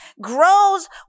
grows